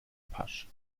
pasch